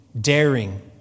daring